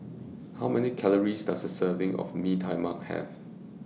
How Many Calories Does A Serving of Mee Tai Mak Have